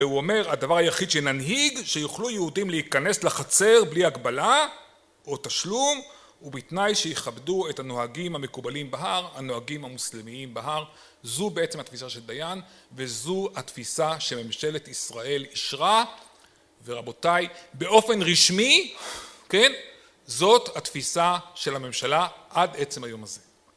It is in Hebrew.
והוא אומר הדבר היחיד שננהיג שיוכלו יהודים להיכנס לחצר בלי הגבלה או תשלום, ובתנאי שיכבדו את הנוהגים המקובלים בהר הנוהגים המוסלמיים בהר. זו בעצם התפיסה של דיין וזו התפיסה שממשלת ישראל אישרה ורבותיי, באופן רשמי, כן זאת התפיסה של הממשלה עד עצם היום הזה